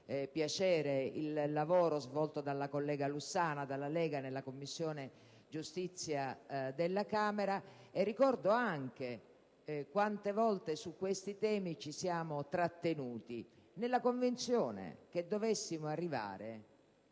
piacere il lavoro svolto dalla collega Lussana della Lega Nord nella Commissione giustizia della Camera e ricordo anche quante volte su questi temi ci siamo intrattenuti, nella convinzione che dovessimo arrivare